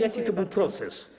Jaki to był proces?